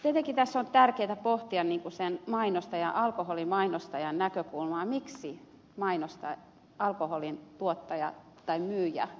tietenkin tässä on tärkeätä pohtia sen mainostajan alkoholimainostajan näkökulmaa miksi alkoholin tuottaja tai myyjä mainostaa